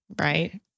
right